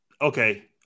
okay